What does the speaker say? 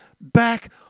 back